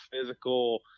physical